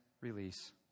release